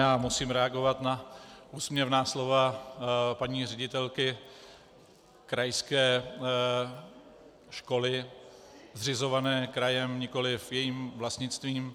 Já musím reagovat na úsměvná slova paní ředitelky krajské školy zřizované krajem, nikoliv jejím vlastnictvím.